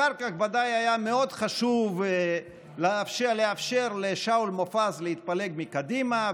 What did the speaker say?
אחר כך ודאי היה מאוד חשוב לאפשר לשאול מופז להתפלג מקדימה,